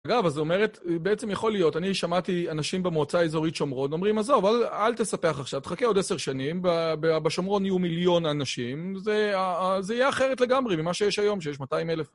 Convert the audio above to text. אגב, אז זאת אומרת, בעצם יכול להיות, אני שמעתי אנשים במועצה האזורית שומרון אומרים, עזוב, אל תספח עכשיו, תחכה עוד עשר שנים, בשומרון יהיו מיליון אנשים, זה יהיה אחרת לגמרי ממה שיש היום, שיש 200,000.